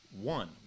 one